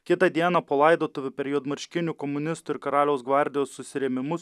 kitą dieną po laidotuvių per juodmarškinių komunistų ir karaliaus gvardijos susirėmimus